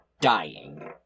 dying